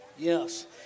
Yes